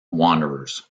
wanderers